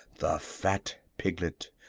the fat piglet,